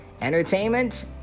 entertainment